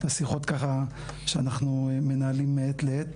כפי שהבעתי מהשיחות שאנחנו מנהלים מעת לעת